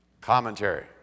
Commentary